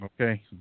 Okay